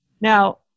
Now